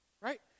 right